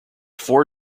four